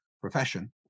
profession